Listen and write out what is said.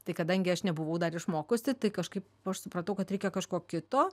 tai kadangi aš nebuvau dar išmokusi tai kažkaip aš supratau kad reikia kažko kito